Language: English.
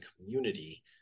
community